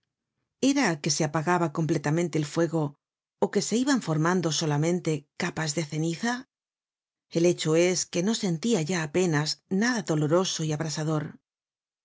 era que se apagaba completamente el fuego ó que se iban formando solamente capas de ceniza el hecho es que no sentia ya apenas nada doloroso y abrasador